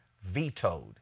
vetoed